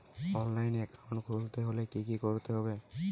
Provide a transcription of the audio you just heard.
অনলাইনে একাউন্ট খুলতে হলে কি করতে হবে?